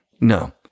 No